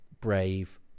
brave